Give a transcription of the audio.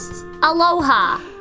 Aloha